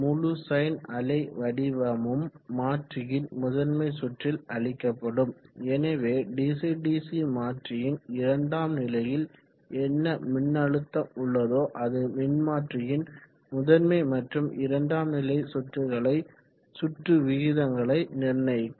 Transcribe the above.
முழு சைன் அலைவடிவமும் மாற்றியின் முதன்மை சுற்றில் அளிக்கப்படும் எனவே டிசி டிசி மாற்றியின் இரண்டாம் நிலையில் என்ன மின்னழுத்தம் உள்ளதோ அது மின்மாற்றியின் முதன்மை மற்றும் இரண்டாம் நிலை சுற்றுகளை சுற்று விகிதங்களை நிர்ணயிக்கும்